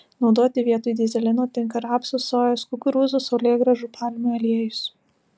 naudoti vietoj dyzelino tinka rapsų sojos kukurūzų saulėgrąžų palmių aliejus